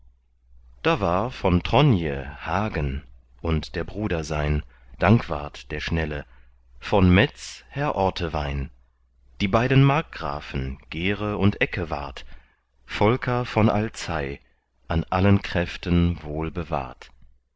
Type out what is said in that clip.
das war von tronje hagen und der bruder sein dankwart der schnelle von metz herr ortewein die beiden markgrafen gere und eckewart volker von alzei an allen kräften